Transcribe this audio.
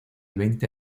veinte